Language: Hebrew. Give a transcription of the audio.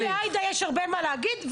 גם לעאידה יש הרבה מה להגיד,